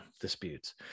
disputes